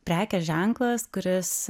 prekės ženklas kuris